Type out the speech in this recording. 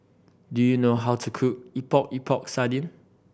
do you know how to cook Epok Epok Sardin